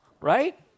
right